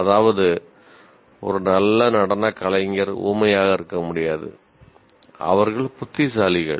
அதாவது ஒரு நல்ல நடனக் கலைஞர் ஊமையாக இருக்க முடியாது அவர்கள் புத்திசாலிகள்